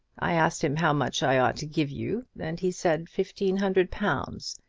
i asked him how much i ought to give you, and he said fifteen hundred pounds.